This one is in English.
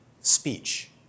speech